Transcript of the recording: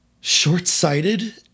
short-sighted